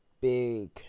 Big